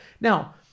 Now